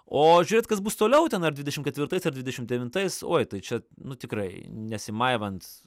o žiūrėt kas bus toliau ten ar dvidešim ketvirtais ar dvidešim devintais oi tai čia nu tikrai nesimaivant